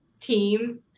team